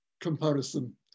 comparison